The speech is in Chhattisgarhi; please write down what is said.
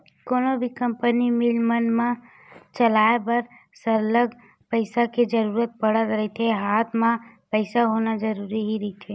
कोनो भी कंपनी, मील मन ल चलाय बर सरलग पइसा के जरुरत पड़त रहिथे हात म पइसा होना जरुरी ही रहिथे